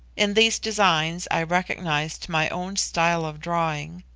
in these designs i recognised my own style of drawing.